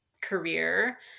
career